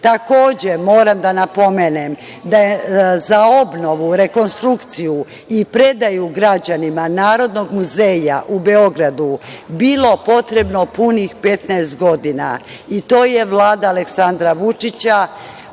moram da napomenem da je za obnovu, rekonstrukciju i predaju građanima Narodnog muzeja u Beogradu bilo potrebno punih 15 godina, i to je Vlada Aleksandra Vučića,